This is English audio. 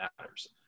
matters